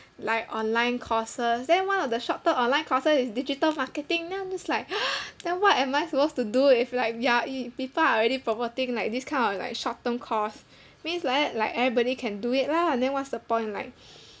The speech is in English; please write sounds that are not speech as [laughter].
like online courses then one of the short term online courses is digital marketing then I'm just like [noise] then what am I supposed to do if like ya i~ people already promoting like this kind of like short term course means like that like everybody can do it lah then what's the point like